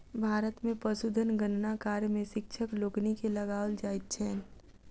भारत मे पशुधन गणना कार्य मे शिक्षक लोकनि के लगाओल जाइत छैन